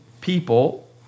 people